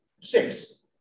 six